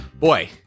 Boy